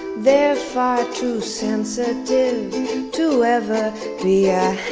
they're far too sensitive to ever be